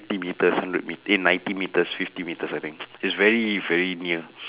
fifty metres hundred met~ eh ninety metres fifty metres it's very very near